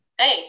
hey